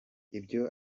ibyo